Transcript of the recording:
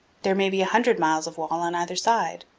there may be a hundred miles of wall on either side.